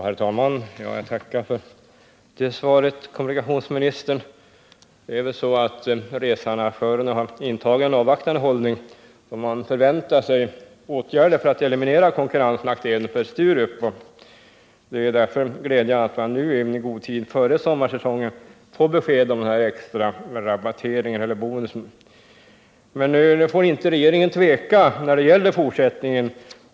Herr talman! Jag tackar för det svaret, kommunikationsministern. Researrangörerna har intagit en avvaktande hållning. De har förväntat sig åtgärder för att eliminera konkurrensnackdelen för Sturup. Det är därför glädjande att man, i god tid före sommarsäsongen, får besked om den extra bonusen. Men nu får inte regeringen tveka när det gäller fortsättningen.